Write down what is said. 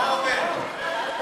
לא עובר.